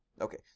Okay